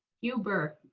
huber.